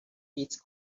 its